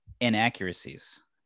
inaccuracies